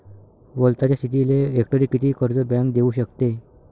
वलताच्या शेतीले हेक्टरी किती कर्ज बँक देऊ शकते?